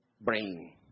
brain